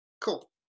Cool